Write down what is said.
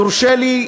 יורשה לי,